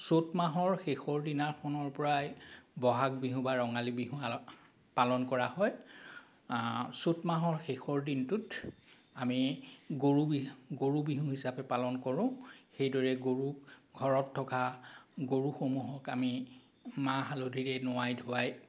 চ'ত মাহৰ শেষৰ দিনাখনৰ পৰাই বহাগ বিহু বা ৰঙালী বিহু পালন কৰা হয় চ'ত মাহৰ শেষৰ দিনটোত আমি গৰু বিহ গৰু বিহু হিচাপে পালন কৰোঁ সেইদৰে গৰুক ঘৰত থকা গৰুসমূহক আমি মাহ হালধিৰে নোৱাই ধুৱাই